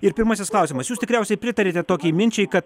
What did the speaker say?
ir pirmasis klausimas jūs tikriausiai pritariate tokiai minčiai kad